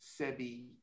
Sebi